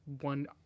one